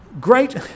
great